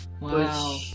Wow